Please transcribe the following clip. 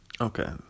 Okay